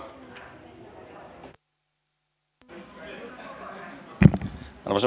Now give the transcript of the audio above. arvoisa puhemies